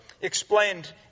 explained